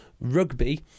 RUGBY